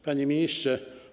Panie Ministrze!